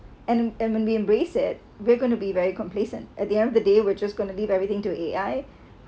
and when we embrace it we're gonna be very complacent at the end of the day we're just gonna leave everything to A_I